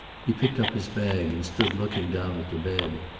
he picked up his bag and stood looking down at the bed.